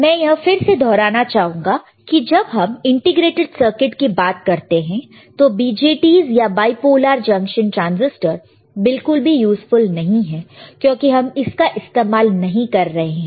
मैं यह फिर से दोहराना चाहूंगा कि जब हम इंटीग्रेटेड सर्किट की बात करते हैं तो BJT's या बाइपोलर जंक्शन ट्रांसिस्टर बिल्कुल भी यूज़फुल नहीं है क्योंकि हम इसका इस्तेमाल नहीं कर रहे हैं